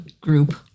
group